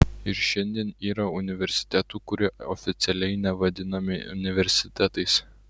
ir šiandien yra universitetų kurie oficialiai nevadinami universitetais